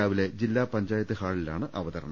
രാവിലെ ജില്ലാ പഞ്ചായത്ത് ഹാളിലാണ് അവതരണം